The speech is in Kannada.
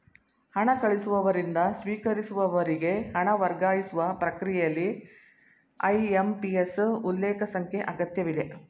ಹಣ ಕಳಿಸುವವರಿಂದ ಸ್ವೀಕರಿಸುವವರಿಗೆ ಹಣ ವರ್ಗಾಯಿಸುವ ಪ್ರಕ್ರಿಯೆಯಲ್ಲಿ ಐ.ಎಂ.ಪಿ.ಎಸ್ ಉಲ್ಲೇಖ ಸಂಖ್ಯೆ ಅಗತ್ಯವಿದೆ